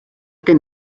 gen